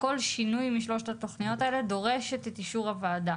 וכל שינוי משלוש התוכניות האלה דורשת את אישור הוועדה.